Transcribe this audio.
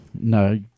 No